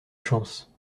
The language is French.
chance